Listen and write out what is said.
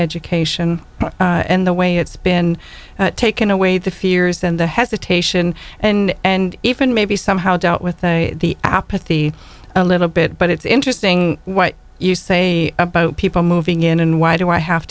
education in the way it's been taken away the fears and the hesitation and and even maybe somehow dealt with the apathy a little bit but it's interesting what you say about people moving in and why do i have